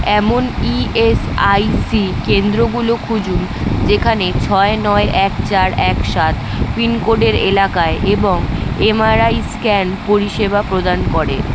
এমন E S I C কেন্দ্রগুলো খুঁজুন যেখানে ছয় নয় এক চার এক সাত পিনকোডের এলাকায় এবং এম আর আই স্ক্যান পরিষেবা প্রদান করে